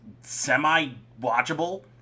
semi-watchable